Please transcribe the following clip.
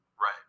right